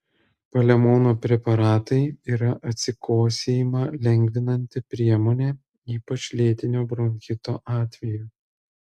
palemono preparatai yra atsikosėjimą lengvinanti priemonė ypač lėtinio bronchito atveju